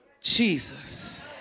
Jesus